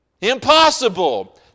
Impossible